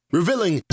Revealing